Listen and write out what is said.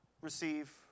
receive